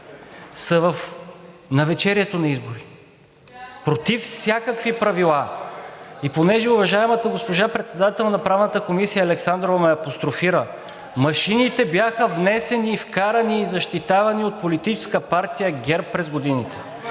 и реплики от ГЕРБ-СДС) – против всякакви правила, и понеже уважаемата госпожа председател на Правната комисия Александрова ме апострофира, машините бяха внесени, вкарани и защитавани от Политическа партия ГЕРБ през годините,